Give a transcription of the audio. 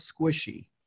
squishy